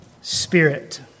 spirit